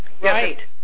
Right